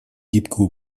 гибкую